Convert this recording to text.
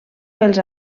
pels